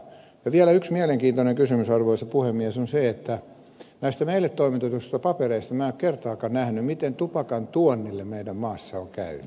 vielä yksi mielenkiintoinen kysymys arvoisa puhemies on se että näistä meille toimitetuista papereista minä en kertaakaan nähnyt miten tupakan tuonnille meidän maassamme on käynyt